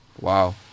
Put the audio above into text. wow